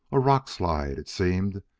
a rock slide, it seemed,